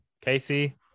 Casey